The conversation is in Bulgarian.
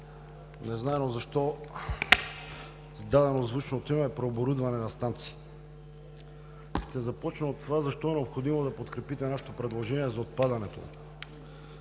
незнайно защо е дадено звучното име „преоборудване на станции“. Ще започна от това защо е необходимо да подкрепите нашето предложение за отпадането